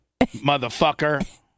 motherfucker